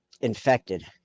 infected